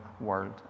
world